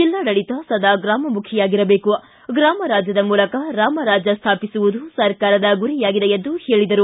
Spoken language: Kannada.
ಜೆಲ್ಲಾಡಳಿತ ಸದಾ ಗ್ರಾಮಮುಖಿಯಾಗಿರಬೇಕು ಗ್ರಾಮರಾಮ್ಯದ ಮೂಲಕ ರಾಮರಾಜ್ಯ ಸ್ಥಾಪಿಸುವುದು ಸರ್ಕಾರದ ಗುರಿಯಾಗಿದೆ ಎಂದರು